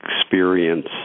experience